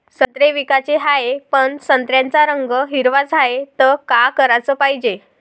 संत्रे विकाचे हाये, पन संत्र्याचा रंग हिरवाच हाये, त का कराच पायजे?